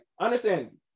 understand